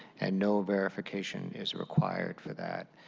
and no verification is required for that.